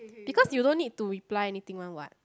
because you don't need to reply anything one what